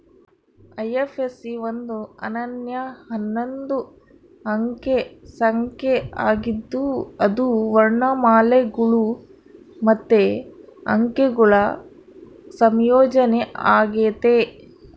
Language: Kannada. ಐ.ಎಫ್.ಎಸ್.ಸಿ ಒಂದು ಅನನ್ಯ ಹನ್ನೊಂದು ಅಂಕೆ ಸಂಖ್ಯೆ ಆಗಿದ್ದು ಅದು ವರ್ಣಮಾಲೆಗುಳು ಮತ್ತೆ ಅಂಕೆಗುಳ ಸಂಯೋಜನೆ ಆಗೆತೆ